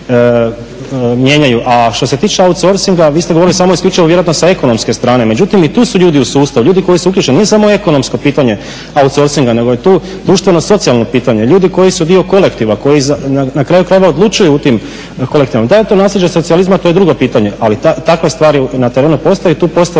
mijenjaju. A što se tiče outsorcinga vi ste govorili samo i isključivo vjerojatno sa ekonomske strane međutim i tu su ljudi u sustavu, ljudi koji su uključeni, nije samo ekonomsko pitanje outsorcinga nego je tu društveno socijalno pitanje, ljudi koji su dio kolektiva koji na kraju krajeva odlučuju u tim kolektivima. Da li je to nasljeđe socijalizma to je drugo pitanje ali takve stvari na terenu postoje i tu postoje